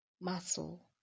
muscle